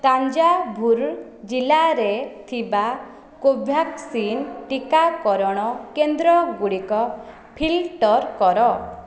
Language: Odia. ତାଞ୍ଜାଭୁର ଜିଲ୍ଲାରେ ଥିବା କୋଭ୍ୟାକ୍ସିନ୍ ଟିକାକରଣ କେନ୍ଦ୍ରଗୁଡ଼ିକ ଫିଲ୍ଟର କର